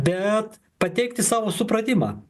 bet pateikti savo supratimą